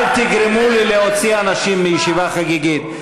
אל תגרמו לי להוציא אנשים מישיבה חגיגית.